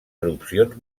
erupcions